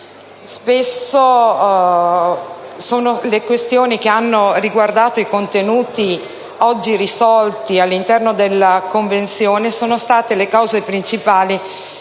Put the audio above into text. Le questioni che hanno riguardato i contenuti, oggi risolti all'interno della Convenzione, sono state le cause principali